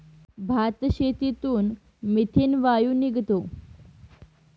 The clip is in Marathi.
भातशेतीतून मिथेन वायू निघतो